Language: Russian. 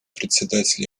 председатель